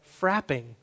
frapping